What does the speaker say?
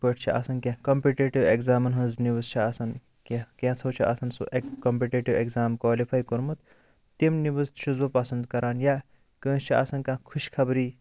پٲٹھۍ چھِ آسان کینٛہہ کَمپِٹِٹِو ایٚگزامَن ہٕنٛز نِوٕز چھِ آسان کینٛہہ کینٛژھو چھ آسان سُہ کَمپِٹِٹِو ایٚگزام کالفاے کوٚرمُت تِم نِوٕز چھُس بہٕ پَسَنٛد کران یا کٲنٛسہِ چھِ آسان کانٛہہ خوش خَبری